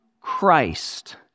Christ